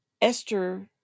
Esther